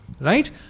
right